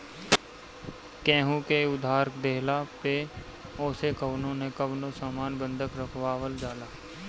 केहू के उधार देहला पअ ओसे कवनो न कवनो सामान बंधक रखवावल जाला